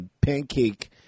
pancake